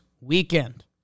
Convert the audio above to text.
weekend